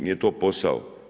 Nije to posao.